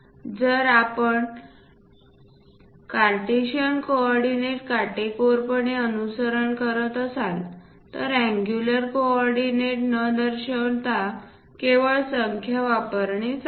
जर आपण Cartesian coordinate काटेकोरपणे अनुसरण करत असाल तर अँगुलर कोऑर्डिनेट न दर्शवता केवळ संख्या वापरणे चांगले